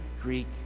Greek